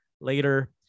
later